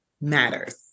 matters